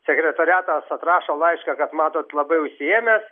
sekretoriatas atrašo laišką kad matot labai užsiėmęs